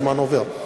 הזמן עובר.